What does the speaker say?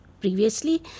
previously